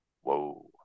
whoa